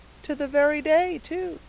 to the very day, too.